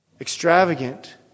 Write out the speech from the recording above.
Extravagant